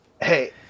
hey